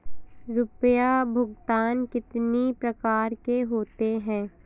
रुपया भुगतान कितनी प्रकार के होते हैं?